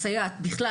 הסייעת בכלל,